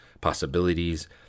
possibilities